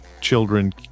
children